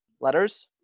letters